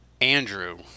Andrew